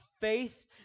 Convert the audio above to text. faith